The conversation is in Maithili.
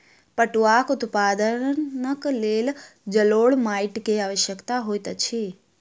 पटुआक उत्पादनक लेल जलोढ़ माइट के आवश्यकता होइत अछि